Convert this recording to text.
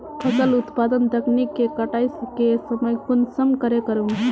फसल उत्पादन तकनीक के कटाई के समय कुंसम करे करूम?